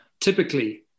typically